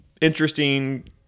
interesting